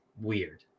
Weird